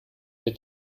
der